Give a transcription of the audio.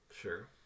Sure